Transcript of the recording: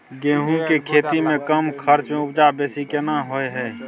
गेहूं के खेती में कम खर्च में उपजा बेसी केना होय है?